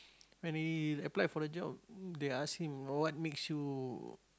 when he applied for the job they ask him what makes you